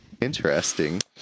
Interesting